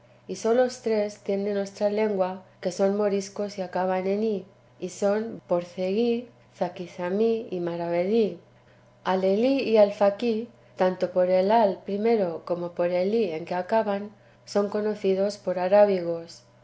y solos tres tiene nuestra lengua que son moriscos y acaban en i y son borceguí zaquizamí y maravedí alhelí y alfaquí tanto por el al primero como por el i en que acaban son conocidos por arábigos esto te